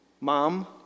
Mom